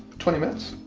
twenty minutes.